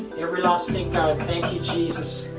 every listening kind of thank you jesus?